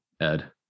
Ed